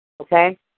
Okay